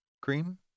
Cream